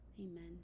Amen